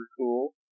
cool